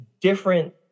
different